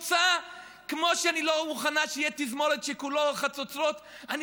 כמו שאני לא מוכנה שתהיה תזמורת שכולה חצוצרות: אני